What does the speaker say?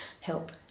help